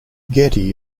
getty